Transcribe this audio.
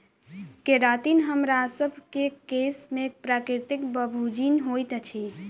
keratin हमरासभ केँ केश में प्राकृतिक प्रोभूजिन होइत अछि